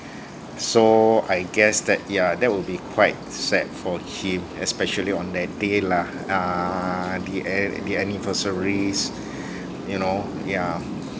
so I guess that yeah that will be quite sad for him especially on that day lah uh the a~ anniversaries you know yeah